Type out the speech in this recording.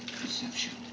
Perception